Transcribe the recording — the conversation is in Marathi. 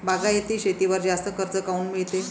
बागायती शेतीवर जास्त कर्ज काऊन मिळते?